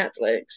Netflix